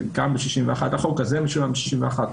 חלקם ב-61 החוק הזה משוריין ב-61,